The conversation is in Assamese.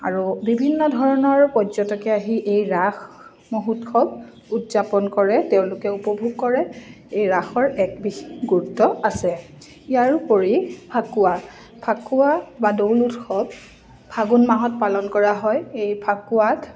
আৰু বিভিন্ন ধৰণৰ পৰ্যটকে আহি এই ৰাস মহোৎসৱ উদযাপন কৰে তেওঁলোকে উপভোগ কৰে এই ৰাসৰ এক বিশেষ গুৰুত্ব আছে ইয়াৰোপৰি ফাকুৱা ফাকুৱা বা দৌল উৎসৱ ফাগুণ মাহত পালন কৰা হয় এই ফাকুৱাত